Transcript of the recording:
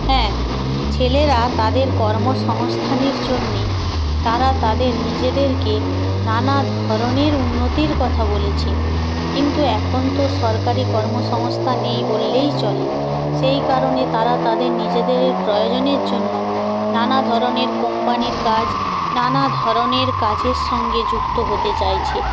হ্যাঁ ছেলেরা তাদের কর্মসংস্থানের জন্যে তারা তাদের নিজেদেরকে নানা ধরনের উন্নতির কথা বলেছে কিন্তু এখন তো সরকারি কর্মসংস্থান নেই বললেই চলে সেই কারণে তারা তাদের নিজেদের প্রয়োজনের জন্য নানা ধরনের কোম্পানির কাজ নানা ধরনের কাজের সঙ্গে যুক্ত হতে চাইছে